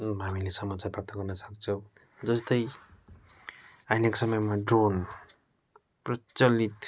हामीले समाचार प्राप्त गर्न सक्छौँ जस्तै अहिलेको समयमा ड्रोन प्रचलित